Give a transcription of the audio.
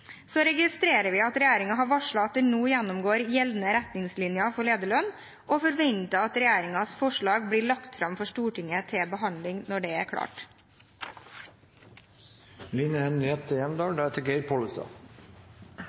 Så registrerer vi at regjeringen har varslet at en nå gjennomgår gjeldende retningslinjer for lederlønn, og vi forventer at regjeringens forslag legges fram for Stortinget til behandling når det er klart.